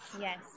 Yes